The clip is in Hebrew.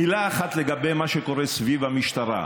מילה אחת לגבי מה שקורה סביב המשטרה.